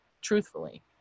truthfully